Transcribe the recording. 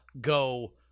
go